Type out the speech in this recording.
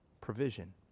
provision